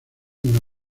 una